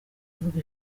kuvuga